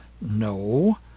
no